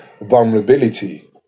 vulnerability